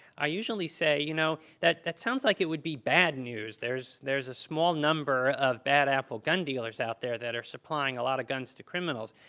i usually say you know that that sounds like it would be bad news. there's there's a small number of bad apple gun dealers out there that are supplying a lot of guns to criminals.